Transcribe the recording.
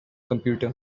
computer